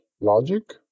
Logic